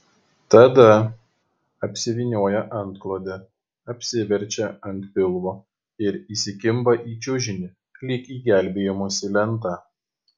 tada apsivynioja antklode apsiverčia ant pilvo ir įsikimba į čiužinį lyg į gelbėjimosi lentą